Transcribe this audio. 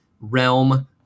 realm